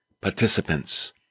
participants